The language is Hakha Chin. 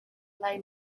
lai